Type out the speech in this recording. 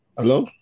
Hello